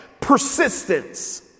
persistence